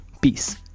Peace